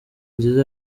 nziza